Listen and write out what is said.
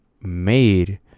made